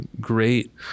Great